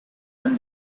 open